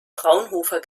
fraunhofer